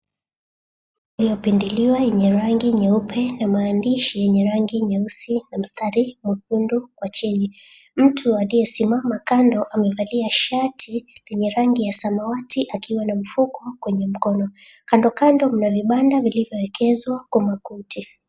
Iliyopinduliwa yenye rangi nyeupe na maandishi yenye rangi nyeusi na mstari mwekundu kwa chini. Mtu aliyesimama kando amevalia shati yenye rangi ya samawati akiwa na mfuko kwenye mkono. Kando kando mna vibanda vilivyoekezwa kwa makuti.